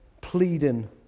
pleading